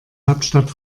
hauptstadt